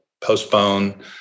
postpone